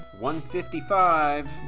155